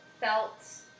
felt